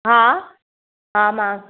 हा हा मां